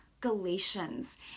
Galatians